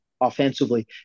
offensively